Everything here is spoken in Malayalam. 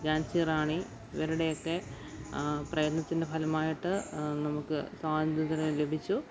ഝാൻസി റാണി ഇവരുടെയൊക്കെ പ്രയത്നത്തിൻ്റെ ഫലമായിട്ട് നമുക്ക് സ്വാതന്ത്ര്യം ലഭിച്ചു